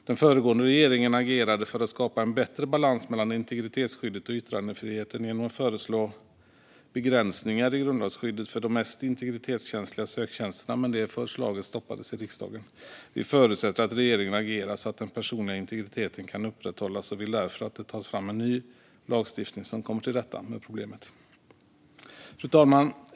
Den föregående regeringen agerade för att skapa en bättre balans mellan integritetsskyddet och yttrandefriheten genom att föreslå begränsningar i grundlagsskyddet för de mest integritetskänsliga söktjänsterna, men det förslaget stoppades i riksdagen. Vi förutsätter att regeringen agerar så att den personliga integriteten kan upprätthållas och vill därför att det tas fram en ny lagstiftning som kommer till rätta med problemet. Fru talman!